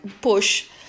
push